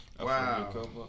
Wow